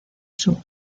sue